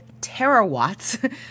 terawatts